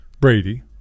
Brady